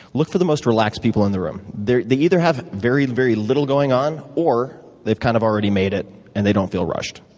look for the most relaxed people in the room. they either have very very little going on or they've kind of already made it and they don't feel rushed.